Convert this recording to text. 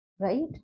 Right